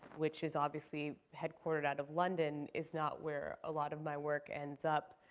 which is obviously headquartered out of london, is not where a lot of my work and up,